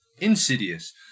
Insidious